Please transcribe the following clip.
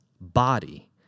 body